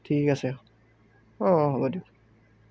ঠিক আছে অঁ অঁ হ'ব দিয়ক